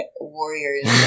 warriors